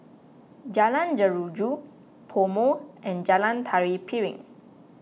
Jalan Jeruju PoMo and Jalan Tari Piring